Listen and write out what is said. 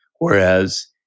Whereas